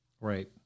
right